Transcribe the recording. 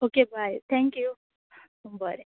okay bye thank you बरें